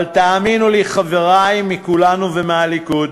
אבל תאמינו לי, חברי מכולנו ומהליכוד: